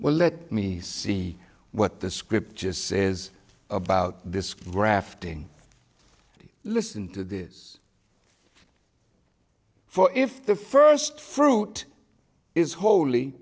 well let me see what the scriptures says about this grafting listen to this for if the first fruit is holy